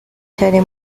cyane